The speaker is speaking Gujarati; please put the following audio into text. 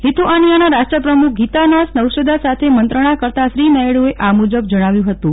લીથુઆનીયાના રાષ્ટ્રપ્રમુખ ગીતાનાસ નૌસેદા સાથે મંત્રણા કરતા શ્રી નાયડુએ આ મુજબ જણાવ્યુ હતું